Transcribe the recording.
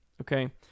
okay